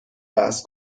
بحث